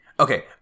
Okay